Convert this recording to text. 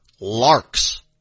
Larks